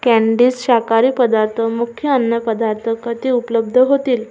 candies शाकाहारी पदार्थ मुख्य अन्नपदार्थ कधी उपलब्ध होतील